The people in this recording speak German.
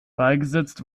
beigesetzt